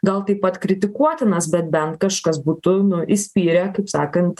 gal taip pat kritikuotinas bet bent kažkas būtų nu įspyrę kaip sakant